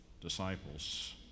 disciples